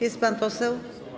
Jest pan poseł?